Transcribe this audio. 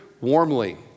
warmly